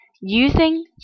using